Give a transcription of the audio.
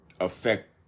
affect